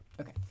okay